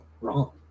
wrong